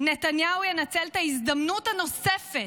נתניהו ינצל את ההזדמנות הנוספת,